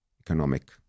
economic